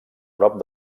prop